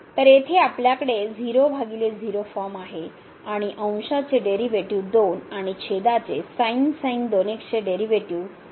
तर येथे आपल्याकडे 00 फॉर्म आहे आणि अंशाचे डेरीवेटीव 2 आणि छेदाचे चे डेरीवेटीव मिळेल